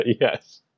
Yes